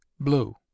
blue